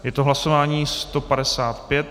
Je to hlasování 155.